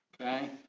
okay